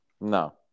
No